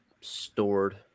stored